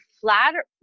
flatter